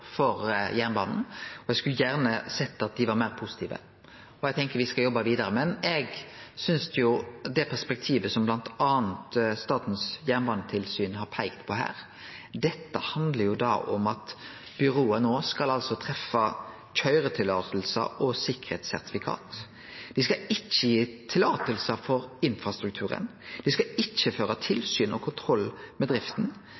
for jernbanen, og eg skulle gjerne sett at dei var meir positive. Og eg tenkjer me skal jobbe vidare. Eg viser til det perspektivet som bl.a. Statens jernbanetilsyn har peikt på her, dette handlar om at byrået no skal gi køyreløyver og sikkerheitssertifikat. Dei skal ikkje gi løyver for infrastrukturen, dei skal ikkje